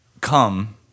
come